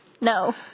No